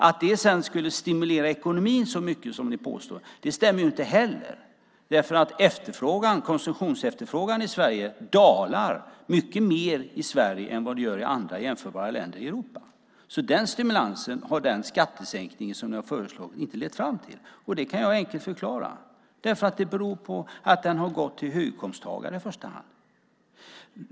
Att det sedan skulle stimulera ekonomin så mycket som ni påstår stämmer inte heller. Konsumtionsefterfrågan dalar mycket mer i Sverige än den gör i jämförbara länder i Europa. Den stimulansen har den skattesänkning som ni har föreslagit inte lett fram till. Detta kan jag enkelt förklara. Det beror på att den har gått till höginkomsttagare i första hand.